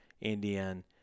Indian